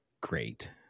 great